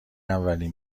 اولین